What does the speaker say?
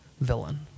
villain